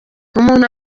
umuntu